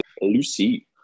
Lucy